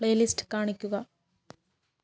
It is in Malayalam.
പ്ലേലിസ്റ്റ് കാണിക്കുക